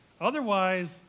otherwise